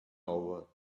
over